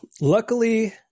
Luckily